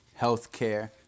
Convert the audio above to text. healthcare